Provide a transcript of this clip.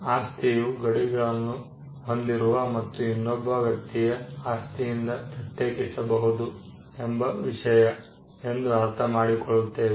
ಆಸ್ತಿಯು ಗಡಿಗಳನ್ನು ಹೊಂದಿರುವ ಮತ್ತು ಇನ್ನೊಬ್ಬ ವ್ಯಕ್ತಿಯ ಆಸ್ತಿಯಿಂದ ಪ್ರತ್ಯೇಕಿಸಬಹುದು ವಿಷಯ ಎಂದು ಅರ್ಥ ಮಾಡಿಕೊಳ್ಳುತ್ತೇವೆ